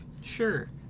Sure